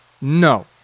no